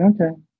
okay